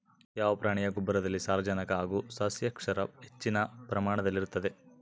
ಯಾವ ಪ್ರಾಣಿಯ ಗೊಬ್ಬರದಲ್ಲಿ ಸಾರಜನಕ ಹಾಗೂ ಸಸ್ಯಕ್ಷಾರ ಹೆಚ್ಚಿನ ಪ್ರಮಾಣದಲ್ಲಿರುತ್ತದೆ?